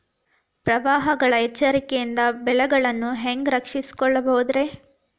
ಪ್ರವಾಹಗಳ ಎಚ್ಚರಿಕೆಯಿಂದ ಬೆಳೆಗಳನ್ನ ಹ್ಯಾಂಗ ರಕ್ಷಿಸಿಕೊಳ್ಳಬಹುದುರೇ?